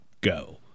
go